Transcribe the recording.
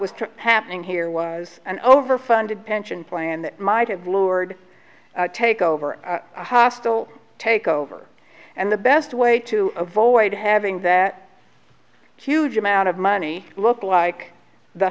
was happening here was an overfunded pension plan that might have lured take over a hostile takeover and the best way to avoid having that huge amount of money look like the